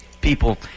people